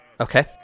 Okay